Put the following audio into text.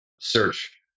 search